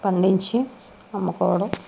పండించి అమ్ముకోవడం